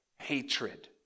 hatred